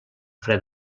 fre